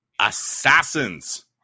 assassins